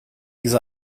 die